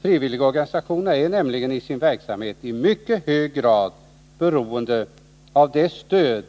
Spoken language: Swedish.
Frivilligorganisationerna är nämligen i sin verksamhet i mycket hög grad beroende av det stöd